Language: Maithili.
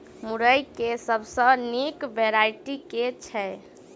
मुरई केँ सबसँ निक वैरायटी केँ छै?